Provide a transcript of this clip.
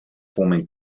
forming